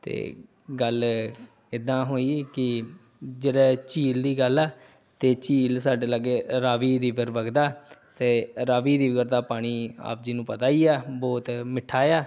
ਅਤੇ ਗੱਲ ਇੱਦਾਂ ਹੋਈ ਕਿ ਜਿਹੜਾ ਝੀਲ ਦੀ ਗੱਲ ਆ ਅਤੇ ਝੀਲ ਸਾਡੇ ਲਾਗੇ ਰਾਵੀ ਰਿਵਰ ਵਗਦਾ ਅਤੇ ਰਾਵੀ ਰਿਵਰ ਦਾ ਪਾਣੀ ਆਪ ਜੀ ਨੂੰ ਪਤਾ ਹੀ ਆ ਬਹੁਤ ਮਿੱਠਾ ਆ